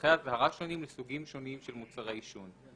ונוסחי אזהרה שונים לסוגים שונים של מוצרי עישון"."